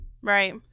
Right